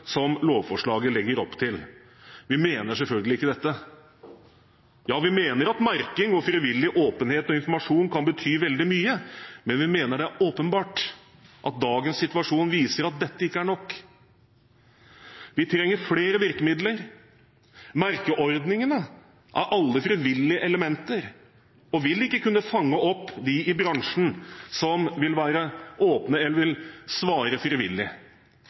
som lovforslaget legger opp til. Vi mener selvfølgelig ikke dette. Ja, vi mener at merking og frivillig åpenhet og informasjon kan bety veldig mye, men vi mener det er åpenbart at dagens situasjon viser at dette ikke er nok. Vi trenger flere virkemidler. Merkeordningene er alle frivillige elementer og vil ikke kunne fange opp dem i bransjen som ikke vil være åpne eller svare frivillig.